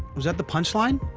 was that the punchline?